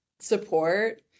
support